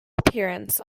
appearance